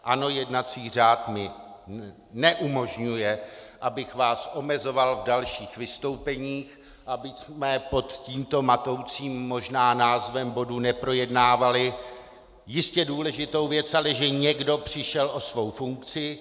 Ano, jednací řád mi neumožňuje, abych vás omezoval v dalších vystoupeních, abychom pod tímto matoucím možná názvem bodu neprojednávali jistě důležitou věc, ale že někdo přišel o svou funkci.